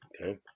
okay